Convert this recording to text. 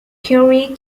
kerry